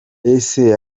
ese